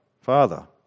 Father